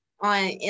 On